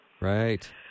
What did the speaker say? Right